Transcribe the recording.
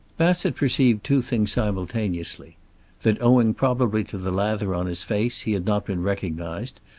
bassett perceived two things simultaneously that owing probably to the lather on his face he had not been recognized,